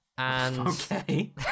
Okay